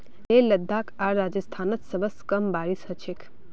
लेह लद्दाख आर राजस्थानत सबस कम बारिश ह छेक